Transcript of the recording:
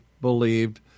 believed